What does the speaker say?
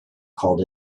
called